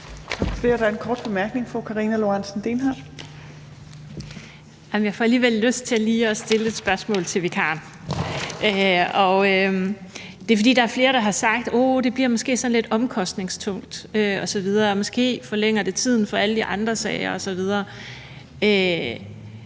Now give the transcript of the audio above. Dehnhardt. Kl. 18:14 Karina Lorentzen Dehnhardt (SF): Jeg får alligevel lyst til lige at stille et spørgsmål til vikaren. Det er, fordi der er flere, der har sagt: Åh, det bliver måske sådan lidt omkostningstungt osv., og måske forlænger det tiden for alle de andre sager osv.